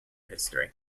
history